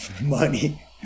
money